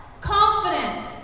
Confident